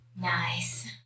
nice